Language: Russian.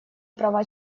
права